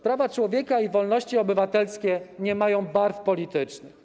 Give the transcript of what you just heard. Prawa człowieka i wolności obywatelskie nie mają barw politycznych.